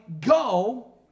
go